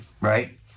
right